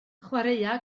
chwaraea